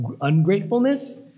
ungratefulness